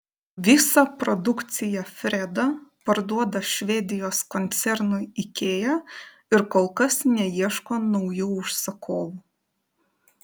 visą produkciją freda parduoda švedijos koncernui ikea ir kol kas neieško naujų užsakovų